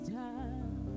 time